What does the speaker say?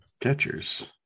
catchers